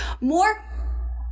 more